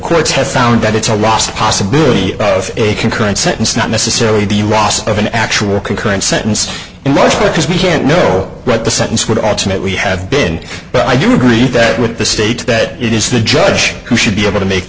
courts have found that it's our last possibility of a concurrent sentence not necessarily the ross of an actual concurrent sentence in life because we can't know what the sentence would ultimately have been but i do agree that with the state that it is the judge who should be able to make